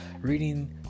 reading